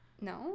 no